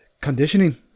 conditioning